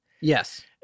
Yes